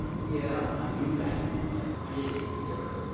yeah, i knew that but i didn't consider it.